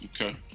okay